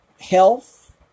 health